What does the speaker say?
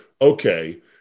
okay